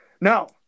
Now